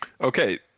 Okay